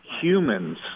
humans